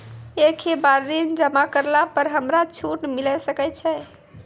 एक ही बार ऋण जमा करला पर हमरा छूट मिले सकय छै?